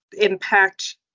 impact